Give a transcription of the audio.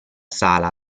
sala